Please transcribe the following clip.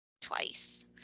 Twice